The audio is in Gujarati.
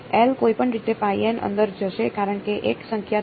L કોઈપણ રીતે અંદર જશે કારણ કે એક સંખ્યા છે